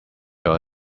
your